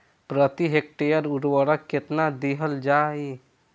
प्रति हेक्टेयर उर्वरक केतना दिहल जाई?